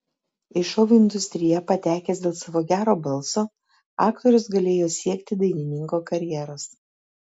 į šou industriją patekęs dėl savo gero balso aktorius galėjo siekti dainininko karjeros